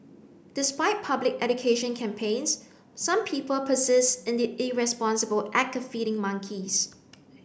despite public education campaigns some people persist in the irresponsible act of feeding monkeys